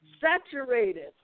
saturated